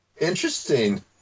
Interesting